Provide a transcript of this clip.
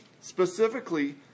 specifically